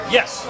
Yes